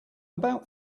about